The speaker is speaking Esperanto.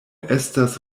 estas